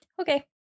Okay